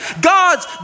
God's